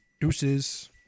Deuces